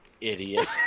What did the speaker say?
idiot